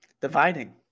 Dividing